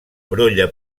brolla